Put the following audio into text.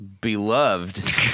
beloved